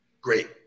Great